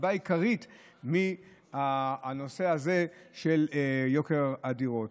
והסיבה העיקרית לנושא הזה של יוקר הדירות.